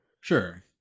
Sure